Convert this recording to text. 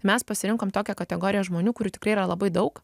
mes pasirinkom tokią kategoriją žmonių kurių tikrai yra labai daug